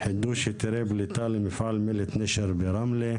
חידוש היתרי פליטה למפעל מלט נשר ברמלה.